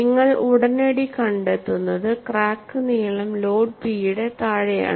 നിങ്ങൾ ഉടനടി കണ്ടെത്തുന്നത് ക്രാക്ക് നീളം ലോഡ് പി യുടെ താഴെയാണ്